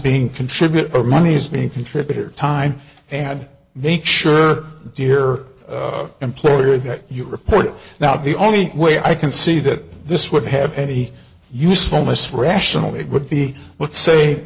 being contributor money is being contributor time and make sure dear employee that you report it now the only way i can see that this would have any usefulness rationally would be let's say